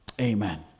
Amen